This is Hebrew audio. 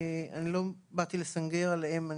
לא באתי לסנגר עליהם,